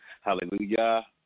Hallelujah